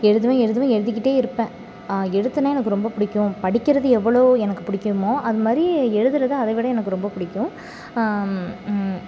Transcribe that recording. எழுதுவேன் எழுதுவேன் எழுதிக்கிட்டே இருப்பேன் எழுத்துனால் எனக்கு ரொம்ப பிடிக்கும் படிக்கின்றது எவ்வளோ எனக்கு பிடிக்குமோ அந்த மாதிரி எழுதுகிறது அதை விட எனக்கு ரொம்ப பிடிக்கும்